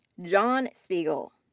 john spiegel.